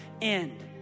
end